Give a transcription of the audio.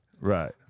Right